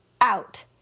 out